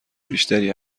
بیشتری